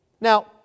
Now